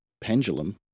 pendulum